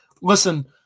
Listen